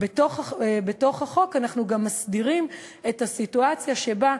בחוק אנחנו גם מסדירים את הסיטואציה שבה,